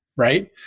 Right